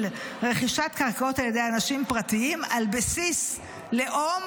רכישת קרקעות על ידי אנשים פרטיים על בסיס לאום,